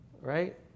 Right